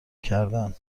کردن